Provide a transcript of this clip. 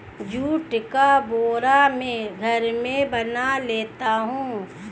जुट का बोरा मैं घर में बना लेता हूं